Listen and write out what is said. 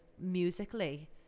musically